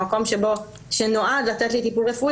המקום שנועד לתת לי טיפול רפואי,